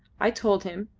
i told him.